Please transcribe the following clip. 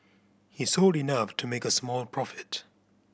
he sold enough to make a small profit